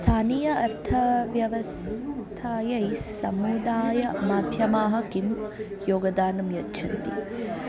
स्थानीय अर्थाव्यवस्थायै समुदायमाध्यमाः किं योगदानं यच्छन्ति